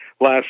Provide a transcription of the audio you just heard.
last